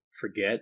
forget